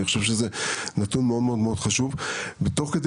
אני חושב שזה נתון מאוד מאוד חשוב וזאת תוך כדי